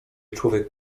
człowiek